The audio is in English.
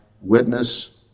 witness